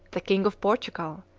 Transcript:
the king of portugal,